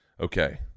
Okay